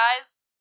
guys